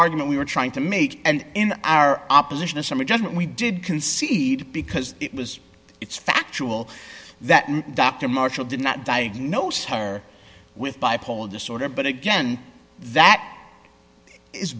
argument we were trying to make and in our opposition a summary judgment we did concede because it was it's factual that dr marshall did not diagnose her with bipolar disorder but again that is